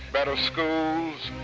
better schools,